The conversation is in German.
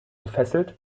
gefesselt